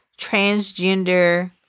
transgender